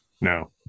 no